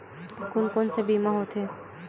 कोन कोन से बीमा होथे?